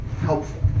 helpful